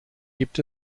gibt